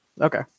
Okay